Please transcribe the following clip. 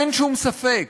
אין שום ספק